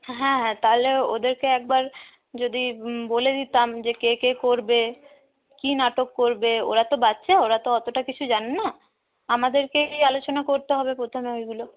হ্যাঁ তাহলে ওদেরকে একবার যদি বলে দিতাম যে কে কে করবে কি নাটক করবে ওরা তো বাচ্চা ওরা তো ওতোটা কিছু জানে না আমাদেরকেই আলোচনা করতে হবে প্রথমে ওইগুলো